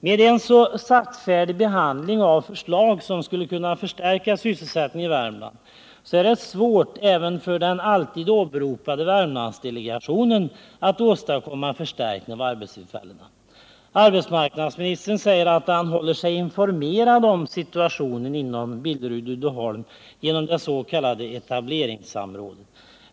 Med en så saktfärdig behandling av förslag som skulle kunna förstärka sysselsättningen i Värmland är det svårt även för den alltid åberopade Värmlandsdelegationen att åstadkomma förstärkning av arbetstillfällena. Arbetsmarknadsministern säger att han håller sig informerad om situationen inom Billerud-Uddeholm genom det s.k. etableringssamrådet.